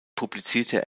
publizierte